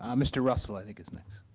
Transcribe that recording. um mr. russell, i think is next.